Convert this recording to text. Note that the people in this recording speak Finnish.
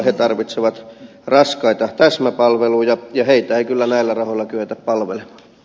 he tarvitsevat raskaita täsmäpalveluja ja heitä ei kyllä näillä rahoilla kyetä palvelemaan